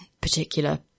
particular